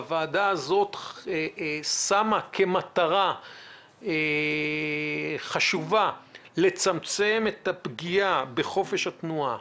הוועדה הזאת שמה לה למטרה חשובה לצמצם את הפגיעה בחופש התנועה,